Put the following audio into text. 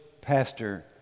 pastor